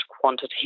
quantity